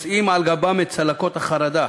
נושאת על גבה את צלקות החרדה.